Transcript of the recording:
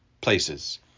places